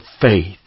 faith